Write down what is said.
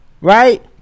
right